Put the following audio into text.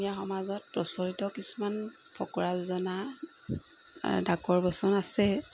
অসমীয়া সমাজত প্ৰচলিত কিছুমান ফকৰা যোজনা ডাকৰ বচন আছে